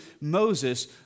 Moses